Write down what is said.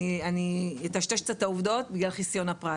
אני אטשטש קצת את העובדות בגלל חסיון הפרט.